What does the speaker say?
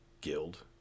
guild